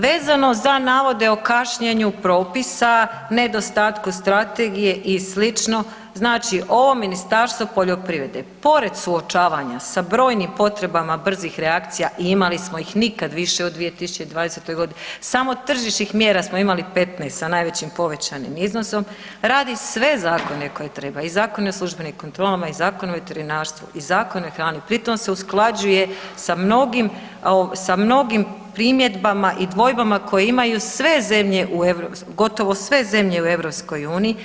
Vezano za navode o kašnjenju propisa, nedostatku strategije i sl., znači ovo Ministarstvo poljoprivrede pored suočavanja sa brojnim potrebama brzih reakcija i imali smo ih nikad više u 2020. godini, samo tržišnih mjera smo imali 15 sa najvećim povećanim iznosom, radi sve zakone koje treba i Zakon o službenim kontrolama i Zakon o veterinarstvu i Zakon o hrani, pri tom se usklađuje sa mnogim, sa mnogim primjedbama i dvojbama koje imaju sve zemlje u, gotovo sve zemlje u EU.